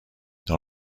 dans